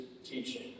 teaching